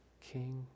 King